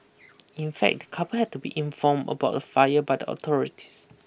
in fact the couple had to be informed about the fire by the authorities